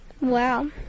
Wow